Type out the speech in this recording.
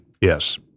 Yes